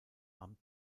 amt